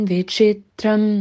Vichitram